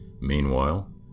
Meanwhile